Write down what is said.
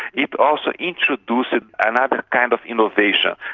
it also introduces another kind of innovation,